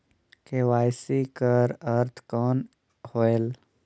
KYC कर अर्थ कौन होएल?